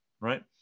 right